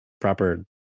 proper